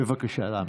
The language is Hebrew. בבקשה להמשיך.